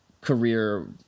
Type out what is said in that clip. career